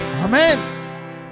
Amen